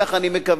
כך אני מקווה.